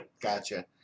Gotcha